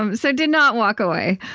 um so did not walk away.